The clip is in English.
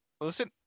Listen